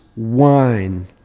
Wine